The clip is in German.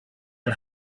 ein